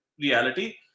reality